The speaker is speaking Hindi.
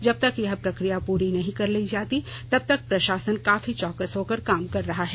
जबतक यह प्रक्रिया पूरी नहीं कर ली जाती तबतक प्रशासन काफी चौकस होकर काम कर रहा है